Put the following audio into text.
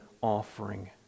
offering